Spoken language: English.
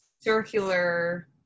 circular